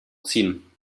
ziehen